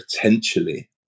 potentially